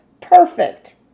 Perfect